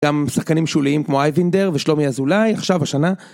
גם שחקנים שוליים כמו אייבנדר ושלומי אזולאי, עכשיו השנה...